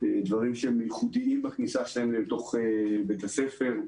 דברים שהם ייחודיים בכניסה שלהם אל תוך בית הספר,